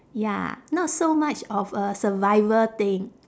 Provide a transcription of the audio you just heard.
ya not so much of a survival thing